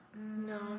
No